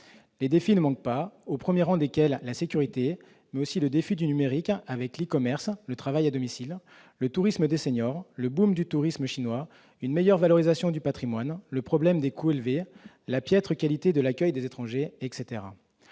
Les défis ne manquent pas, au premier rang desquels la sécurité, mais aussi le numérique avec l'e-commerce et le travail à domicile, le tourisme des seniors, le boom du tourisme chinois, une meilleure valorisation du patrimoine, le problème des coûts élevés, la piètre qualité de l'accueil des étrangers, etc.